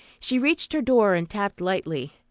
she reached her door and tapped lightly.